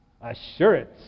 assurance